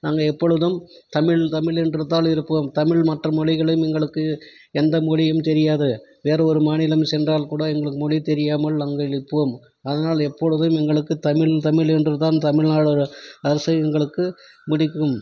நாங்கள் எப்பொழுதும் தமிழ் தமிழ் என்று தான் இருப்போம் தமிழ் மற்ற மொழிகளும் எங்களுக்கு எந்த மொழியும் தெரியாது வேறு ஒரு மாநிலம் சென்றால் கூட எங்களுக்கு மொழி தெரியாமல் அங்களிப்போம் அதனால் எப்பொழுதும் எங்களுக்கு தமிழ் தமிழ் என்று தான் தமிழ்நாடோடு ஆசை எங்களுக்கு பிடிக்கும்